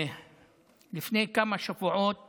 לפני כמה שבועות